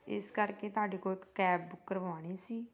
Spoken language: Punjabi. ਇਸ ਕਰਕੇ ਤੁਹਾਡੇ ਕੋਲੋਂ ਇੱਕ ਕੈਬ ਬੁੱਕ ਕਰਵਾਉਣੀ ਸੀ